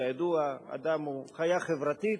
כידוע, אדם הוא חיה חברתית.